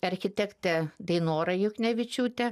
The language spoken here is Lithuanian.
architektė dainora juchnevičiūtė